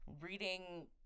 reading